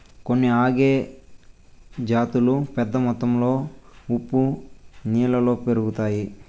కొన్ని ఆల్గే జాతులు పెద్ద మొత్తంలో ఉప్పు నీళ్ళలో పెరుగుతాయి